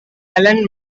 alan